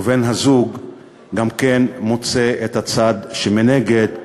ובן-הזוג גם כן מוצא את הצד שמנגד,